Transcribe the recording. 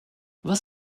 was